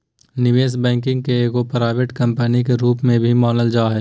निवेश बैंकिंग के एगो प्राइवेट कम्पनी के रूप में भी मानल जा हय